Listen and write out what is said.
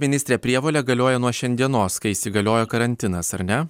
ministre prievolė galioja nuo šiandienos kai įsigaliojo karantinas ar ne